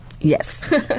Yes